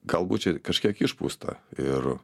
galbūt čia kažkiek išpūsta ir